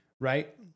right